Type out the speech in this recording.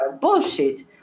Bullshit